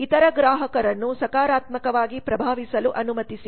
ಇತರ ಗ್ರಾಹಕರನ್ನು ಸಕಾರಾತ್ಮಕವಾಗಿ ಪ್ರಭಾವಿಸಲು ಅನುಮತಿಸಿ